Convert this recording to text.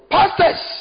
Pastors